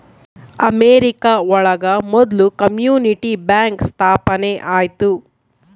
America ಒಳಗ ಮೊದ್ಲು community bank ಸ್ಥಾಪನೆ ಆಯ್ತು